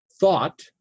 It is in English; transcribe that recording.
thought